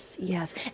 Yes